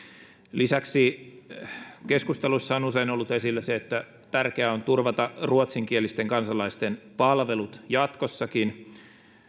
lisäksi keskustelussa on usein ollut esillä se että tärkeää on turvata ruotsinkielisten kansalaisten palvelut jatkossakin